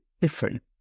different